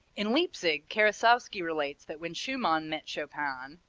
in leipzig, karasowski relates, that when schumann met chopin,